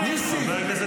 ניסים,